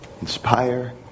inspire